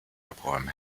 abräumen